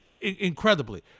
incredibly